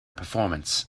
performance